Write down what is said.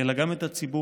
אלא גם את הציבור.